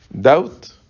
doubt